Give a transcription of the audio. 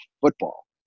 football